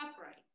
upright